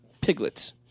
piglets